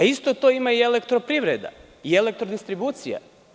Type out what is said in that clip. Isto to ima i „Elektroprivreda“ i „Elektrodistribucija“